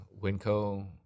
Winco